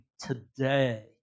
today